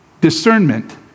Discernment